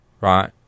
right